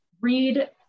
read